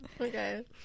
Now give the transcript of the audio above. Okay